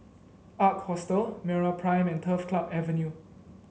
Ark Hostel MeraPrime and Turf Club Avenue